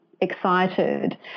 excited